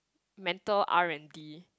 mental R-and-D